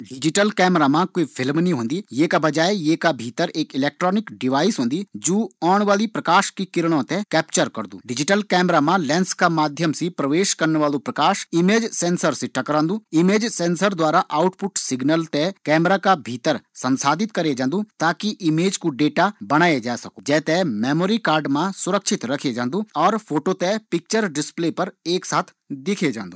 digital camera मा क्विंफ़िल्म नी होंदी, ये मा एक सेंसर ते लग्यु होन्दु जु कि शटर का बटन का आदेश पर सेंसर पर पड़न वाली प्रकाश कि किरणों ते संग्रहित करदु फिर वे ते डिजिटल रूप मा एकत्रित करिक मेमोरी कार्ड मा सेव करदु